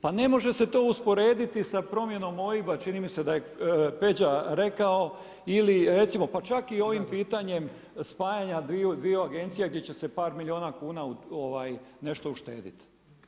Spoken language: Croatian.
Pa ne može se to usporediti sa promjenom OIB-a, čini mi se da je Peđa rekao ili recimo pa čak i ovim pitanjem spajanja dviju agencija gdje će se par milijuna kuna nešto uštedjeti.